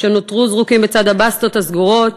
שנותרו זרוקים בצד הבסטות הסגורות.